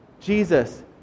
Jesus